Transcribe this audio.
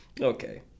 Okay